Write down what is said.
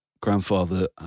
grandfather